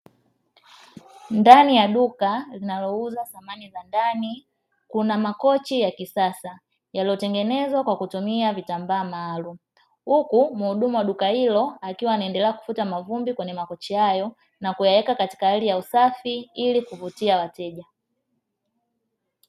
Ndani ya duka linalouza samani za ndani kuna makochi ya kisasa yaliotengenezwa kwa kutumia vitambaa maaulumu huku mhudumu wa duka hilo, akiwa anaendelea kufuta mavumbi katika makochi hayo ilikuvutia wateja.